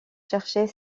chercher